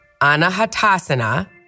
anahatasana